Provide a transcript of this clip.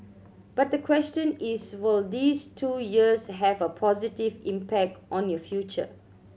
but the question is will these two years have a positive impact on your future